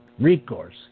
recourse